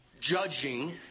judging